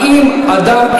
האם אדם,